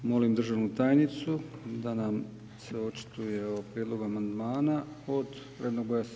Molim državnu tajnicu da nam se očituje o prijedlogu amandmana od rb.